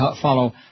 follow